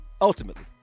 Ultimately